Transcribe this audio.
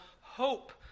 hope